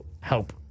Help